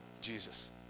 Jesus